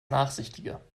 nachsichtiger